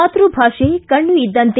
ಮಾತೃಭಾಷೆ ಕಣ್ಣು ಇದ್ದಂತೆ